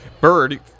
Bird